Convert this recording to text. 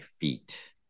feet